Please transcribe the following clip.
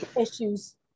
Issues